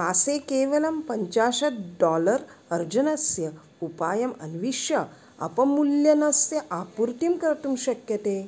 मासे केवलं पञ्चाशत् डालर् अर्जनस्य उपायम् अन्विष्य अपमूल्यनस्य आपूर्तिं कर्तुं शक्यते